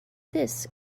this